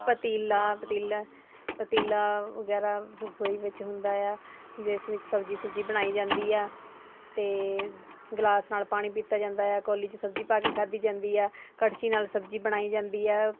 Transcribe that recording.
ਪਤੀਲਾ ਪਤੀਲਾ ਪਤੀਲਾ ਵਗੈਰਾ ਰਸੋਈ ਵਿੱਚ ਹੁੰਦਾ ਆ ਜਿਸ ਵਿੱਚ ਸਬਜ਼ੀ ਸੁਬਜ਼ੀ ਬਣਾਈ ਜਾਂਦੀ ਆ ਅਤੇ ਗਲਾਸ ਨਾਲ ਪਾਣੀ ਪੀਤਾ ਜਾਂਦਾ ਆ ਕੌਲੀ 'ਚ ਸਬਜ਼ੀ ਪਾ ਕੇ ਖਾਧੀ ਜਾਂਦੀ ਆ ਕੜਛੀ ਨਾਲ ਸਬਜ਼ੀ ਬਣਾਈ ਜਾਂਦੀ ਆ